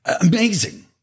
Amazing